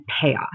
payoff